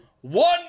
one